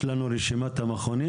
יש לנו רשימה של המכונים?